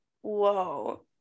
whoa